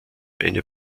eine